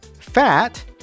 fat